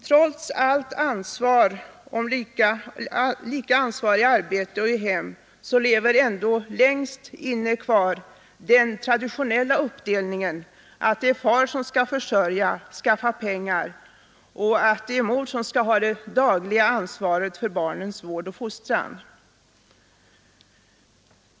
Trots lika ansvar i arbetet och i hemmet finns ändå längst inne i vårt medvetande kvar den traditionella yrkesuppdelningen att det är far som skall försörja familjen och skaffa pengar och att det är mor som skall ha det dagliga ansvaret för barnens vård och fostran.